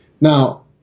Now